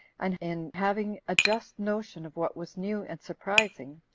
and in having a just notion of what was new and surprising,